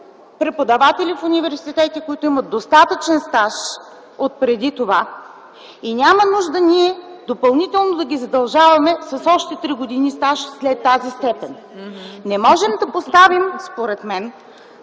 преподаватели в университети, които имат достатъчен стаж преди това, и няма нужда ние допълнително да ги задължаваме за още три години стаж след тази степен. Според мен не можем да поставим такъв срок